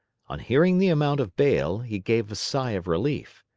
on hearing the amount of bail, he gave a sigh of relief.